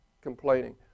complaining